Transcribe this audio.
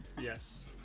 Yes